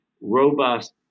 robust